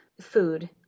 food